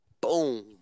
Boom